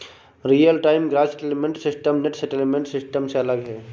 real time gross settlement system net settlement system से अलग है